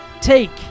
take